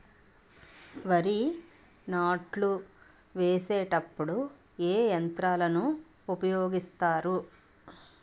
వరి నాట్లు వేసేటప్పుడు ఏ యంత్రాలను ఉపయోగిస్తారు?